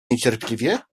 niecierpliwie